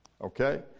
Okay